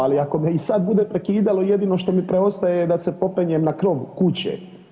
Ali ako me i sad bude prekidalo jedino što mi preostaje da se popenjem na krov kuće.